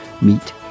meet